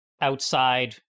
outside